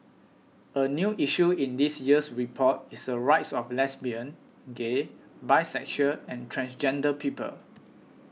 a new issue in this year's report is the rights of lesbian gay bisexual and transgender people